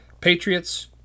Patriots